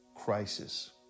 crisis